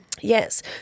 Yes